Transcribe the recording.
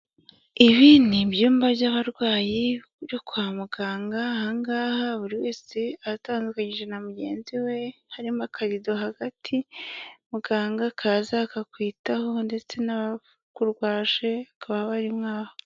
Ibi ni ibyumba by'abarwayi byo kwa muganga, aha ngaha buri wese aba atandukanyije na mugenzi we harimo akarido hagati, muganga akaza akakwitaho ndetse n'abakurwaje bakaba barimo aho.